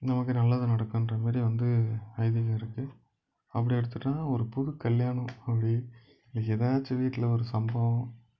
நமக்கு நல்லது நடக்கும்ன்ற மாரி வந்து ஐதீகம் இருக்குது அப்படி எடுத்துட்டா ஒரு புது கல்யாணம் அப்படி இன்னைக்கு ஏதாச்சும் வீட்டில் ஒரு சம்பவம்